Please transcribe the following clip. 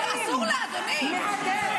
אסור להגיד את זה ------ ולא נהיה מופתעים מהדרך.